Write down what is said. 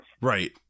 right